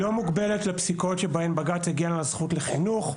היא לא מוגבלת לפסיקות שבהן בג״ץ הגן על הזכות לחינוך.